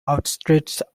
outstretched